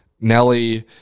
Nelly